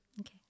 Okay